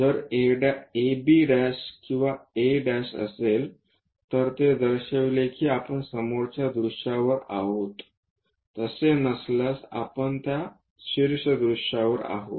जर a b किंवा a असेल तर ते दर्शविते की आपण समोरच्या दृश्यावर आहोत तसे नसल्यास आपण त्या शीर्ष दृश्यावर आहोत